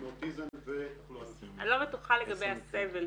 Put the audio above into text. מאוטיזם -- אני לא בטוחה לגבי הסבל.